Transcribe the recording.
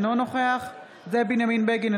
אינו נוכח זאב בנימין בגין,